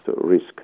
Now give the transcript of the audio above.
risk